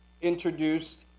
introduced